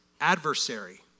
adversary